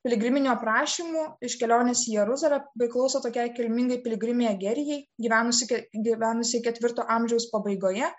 piligriminio prašymo iš kelionės į jeruzalę priklauso tokiai kilmingai piligrimei egerijai gyvenusi gyvenusiai ketvirto amžiaus pabaigoje